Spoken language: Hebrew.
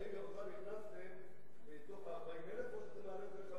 האם גם אותם הכנסתם בתוך ה-40,000 או שזה,